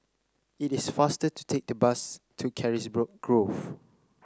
it is faster to take the bus to Carisbrooke Grove